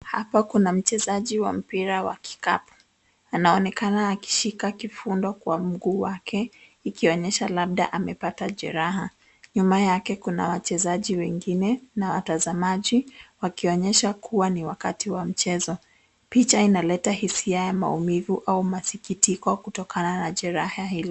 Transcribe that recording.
Hapa kuna mchezaji wa mpira wa kikapu anaonekana akishika kifundo kwa mguu wake ikionyesha labda amepataa jeraha. Nyuma yake kuna wachezaji wengine na watazamaji wakionyesha kuwa ni wakati wa mchezo. Picha inaleta hisia ya maumivu au masikitiko kutokana na jeraha hilo.